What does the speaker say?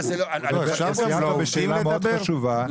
אתה סיימת בשאלה מאוד חשובה,